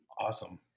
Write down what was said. Awesome